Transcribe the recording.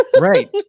right